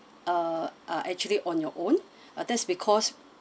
uh are actually on your own uh that's because